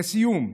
לסיום,